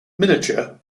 miniature